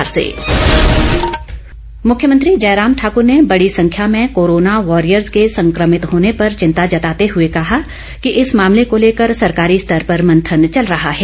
जयराम ठाकुर मुख्यमंत्री जयराम ठाकर ने बड़ी संख्या में कोरोना वारियर्स के संक्रमित होने पर चिंता जताते हुए कहा कि इस मामले को लेकर सरकारी स्तर पर मंथन चल रहा है